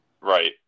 Right